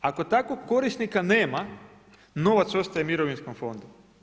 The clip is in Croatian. Ako takvog korisnika nema, novac ostaje mirovinskom fondu.